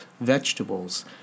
vegetables